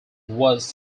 was